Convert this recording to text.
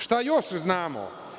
Šta još znamo?